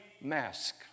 mask